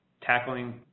tackling